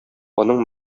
аның